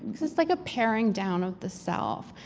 this is like a paring down of the self.